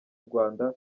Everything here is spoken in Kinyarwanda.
rwanda